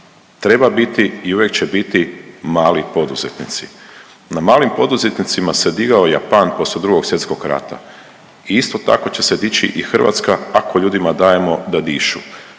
treba biti i uvijek će biti mali poduzetnici. Na malim poduzetnicima se digao Japan poslije II Svjetskog rata i isto tako će se dići i Hrvatska ako ljudima dajemo da dišu,